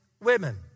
women